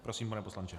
Prosím, pane poslanče.